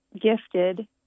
gifted